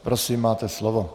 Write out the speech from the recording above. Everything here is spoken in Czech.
Prosím, máte slovo.